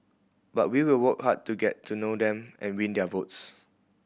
but we will work hard to get to know them and win their votes